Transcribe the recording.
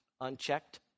unchecked